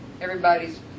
Everybody's